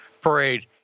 Parade